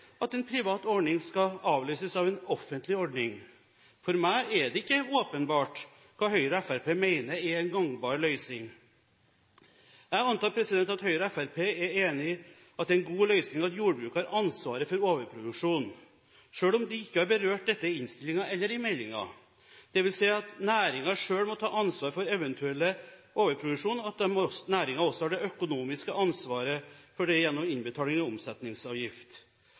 at en privat ordning skal avløses av en offentlig ordning. For meg er det ikke åpenbart hva Høyre og Fremskrittspartiet mener er en gangbar løsning. Jeg antar at Høyre og Fremskrittspartiet er enig i at det er en god løsning at jordbruket har ansvaret for overproduksjon – selv om de ikke har berørt dette i innstillingen – dvs. at næringen selv må ta ansvar for eventuell overproduksjon, og at næringen også må ha det økonomiske ansvaret for det gjennom innbetaling av omsetningsavgift.